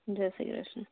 Jay Shri Krishna